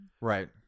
Right